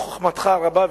בחוכמתך הרבה,